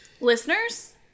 Listeners